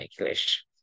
English